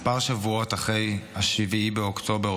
כמה שבועות אחרי 7 באוקטובר,